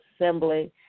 Assembly